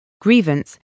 grievance